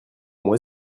moi